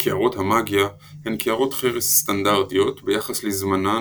קערות המאגיה הן קערות חרס סטנדרטיות ביחס לזמנן